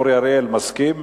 אורי אריאל מסכים?